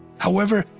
however,